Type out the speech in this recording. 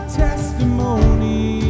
testimony